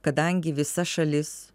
kadangi visa šalis